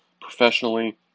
professionally